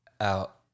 out